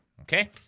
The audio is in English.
okay